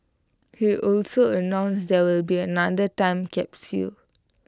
he also announced there will be another time capsule